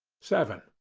seven.